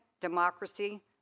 democracy